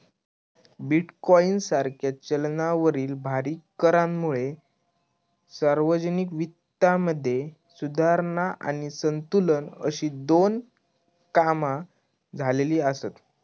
bitcoin सारख्या चलनावरील भारी करांमुळे सार्वजनिक वित्तामध्ये सुधारणा आणि संतुलन अशी दोन्ही कामा झालेली आसत